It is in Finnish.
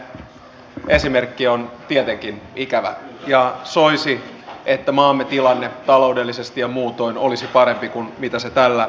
esittämänne esimerkki on tietenkin ikävä ja soisi että maamme tilanne taloudellisesti ja muutoin olisi parempi kuin mitä se tällä hetkellä on